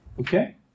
okay